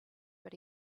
but